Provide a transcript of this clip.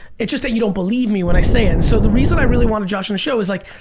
it's just that you don't believe me when i say it. and so the reason i really wanted josh on the show is like,